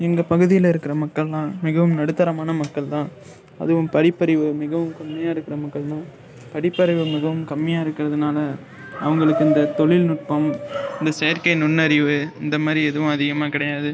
எங்கள் பகுதியில் இருக்கிற மக்கள்லாம் மிகவும் நடுத்தரமான மக்கள் தான் அதுவும் படிப்பறிவு மிகவும் கம்மியாக இருக்கிற மக்கள் தான் படிப்பறிவு மிகவும் கம்மியாக இருக்கிறதுனால அவங்களுக்கு அந்த தொழில்நுட்பம் இந்த செயற்கை நுண்ணறிவு இந்த மாரி எதுவும் அதிகமாக கிடையாது